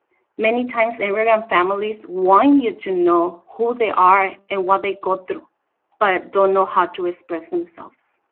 many times immigrant families want you to know who they are and what they go through but don't know how to express themselves.